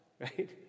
right